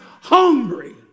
hungry